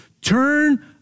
turn